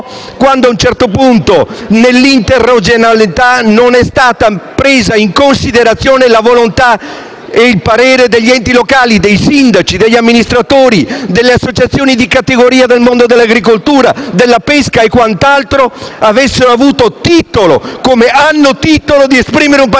quando a un certo punto, nell'interregionalità, non sono stati presi in considerazione la volontà e il parere degli enti locali, dei sindaci, degli amministratori, delle associazioni di categoria del mondo dell'agricoltura e della pesca e di quanti altri avrebbero avuto titolo - e in effetti hanno titolo - a esprimere un parere.